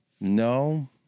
No